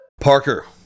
Parker